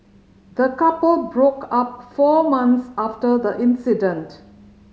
the couple broke up four months after the incident